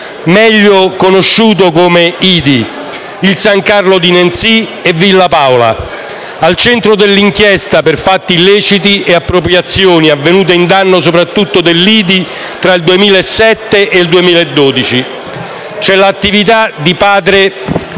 (meglio conosciuto come IDI), il San Carlo di Nancy e Villa Paola. Al centro dell’inchiesta per fatti illeciti e appropriazioni (avvenute in danno soprattutto dell’IDI tra il 2007 e il 2012) c’el’attivita di padre Franco